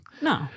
No